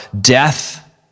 death